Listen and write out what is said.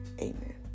amen